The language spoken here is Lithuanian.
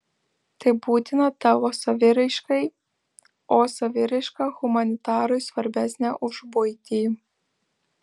tai būtina tavo saviraiškai o saviraiška humanitarui svarbesnė už buitį